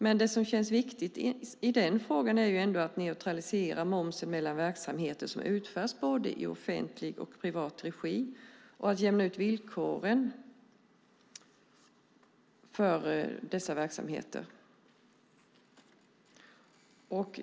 Men det som känns viktigt i den frågan är att neutralisera momsen mellan verksamheter som utförs både i offentlig och privat regi och att jämna ut villkoren för dessa verksamheter.